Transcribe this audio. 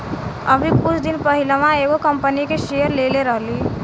अभी कुछ दिन पहिलवा एगो कंपनी के शेयर लेले रहनी